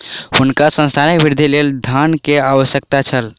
हुनका संस्थानक वृद्धिक लेल धन के आवश्यकता छल